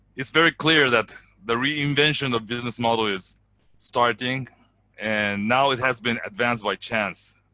it's very clear that the reinvention of business model is starting and now it has been advanced by chance.